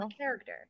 character